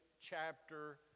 chapter